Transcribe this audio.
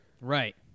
Right